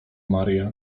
maria